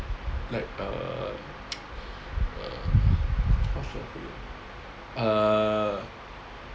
like err err how should I put it err